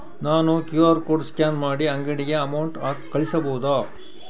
ನಾನು QR code scan ಮಾಡಿ ಅಂಗಡಿಗೆ ಅಮೌಂಟ್ ಕಳಿಸಬಹುದಾ?